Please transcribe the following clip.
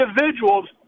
individuals